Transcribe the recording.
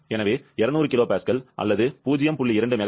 எனவே 200 kPa அல்லது 0